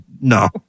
no